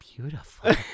beautiful